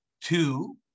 Two